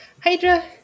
Hydra